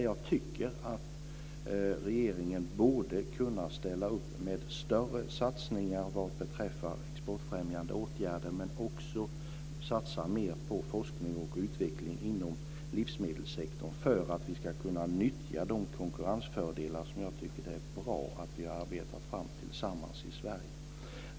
Jag tycker att regeringen borde kunna ställa upp med större satsningar vad beträffar exportfrämjande åtgärder, men också satsa mer på forskning och utveckling inom livsmedelssektorn, för att vi ska kunna nyttja de konkurrensfördelar som det är bra att vi har arbetat fram tillsammans i Sverige.